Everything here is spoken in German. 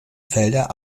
felder